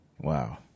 Wow